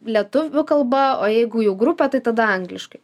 lietuvių kalba o jeigu jau grupė tai tada angliškai